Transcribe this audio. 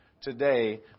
today